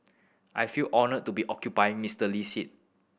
I feel honoured to be occupying Mister Lee seat